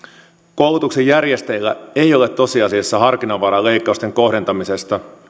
koulutuksen järjestäjillä ei ole tosiasiassa harkinnanvaraa leikkausten kohdentamisessa